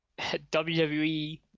WWE